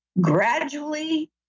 gradually